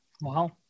Wow